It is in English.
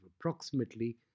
approximately